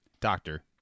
Doctor